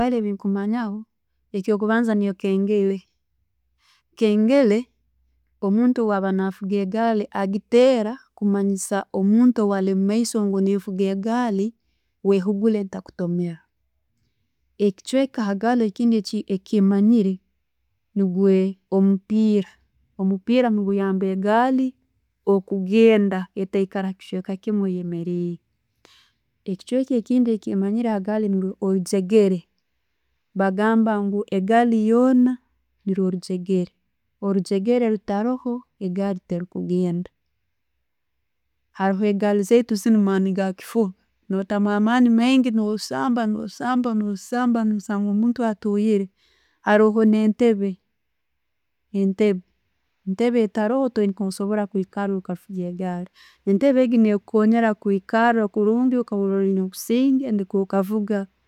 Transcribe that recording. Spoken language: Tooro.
Egaali byekumanyaho, ekyo' kubanza niiyo kengeere. Kyengere, omuntu bwaba navuga egaali, agitera kumanyisa omuntu ali mumaiso ngu nevuka e'gaali, gihugure ntakutomera. Ekicweka ekindi hagali ekemanyire nugwo omupiira. Omupiira gayamba egali ekugenda etaikara kikara kimu. Ekicheka ekindi handi hagaali niiyo olujegere. Bagamba egaali yoona niiyo orujegere. Orujegere rutaroho, egaali terikugenda. Haro gaali zaitu zinnu maani ge'chifuba, no tekamu muunno aani manyi no we sanga, no'samba, no'samba omuntu atuhiire, fuuna entebbe, entebe etaroho,